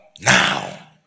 Now